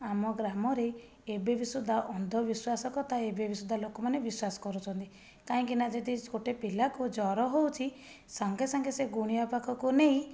ଆମ ଗ୍ରାମରେ ଏବେବି ସୁଦ୍ଧା ଅନ୍ଧବିଶ୍ଵାସ କଥା ଏବେବି ସୁଦ୍ଧା ଲୋକମାନେ ବିଶ୍ୱାସ କରୁଛନ୍ତି କାହିଁକିନା ଯଦି ଗୋଟେ ପିଲାକୁ ଜର ହେଉଛି ସାଙ୍ଗେ ସାଙ୍ଗେ ସେ ଗୁଣିଆ ପାଖକୁ ନେଇ